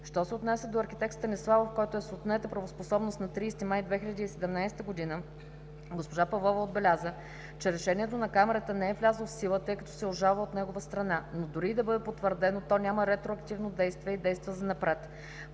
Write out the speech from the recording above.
Що се отнася до архитект Станиславов, който е с отнета правоспособност на 30 май 2017 г., госпожа Павлова отбеляза, че решението на Камарата не е влязло в сила, тъй като се обжалва от негова страна, но дори и да бъде потвърдено, то няма ретроактивно действие и действа занапред.